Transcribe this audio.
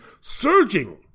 surging